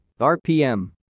RPM